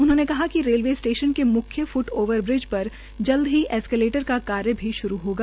उन्होंने कहा कि रेलवे स्टेशन के म्ख्य फ्ॅट ओवर ब्रिज पर जल्द ही एक्सेलेटर का कार्य भी श्रू होगा